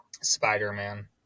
Spider-Man